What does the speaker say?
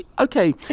Okay